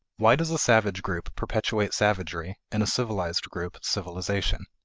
why does a savage group perpetuate savagery, and a civilized group civilization?